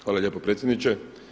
Hvala lijepo predsjedniče.